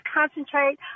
concentrate